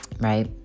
right